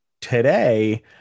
today